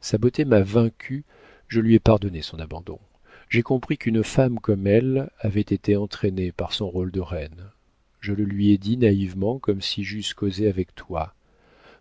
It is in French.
sa beauté m'a vaincue je lui ai pardonné son abandon j'ai compris qu'une femme comme elle avait été entraînée par son rôle de reine je le lui ai dit naïvement comme si j'eusse causé avec toi